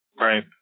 Right